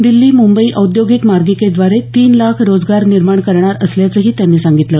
दिल्ली मुंबई औद्योगिक मार्गिकेद्वारे तीन लाख रोजगार निर्माण करणार असल्याचंही त्यांनी सांगितलं